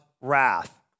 wrath